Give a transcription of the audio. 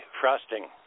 frosting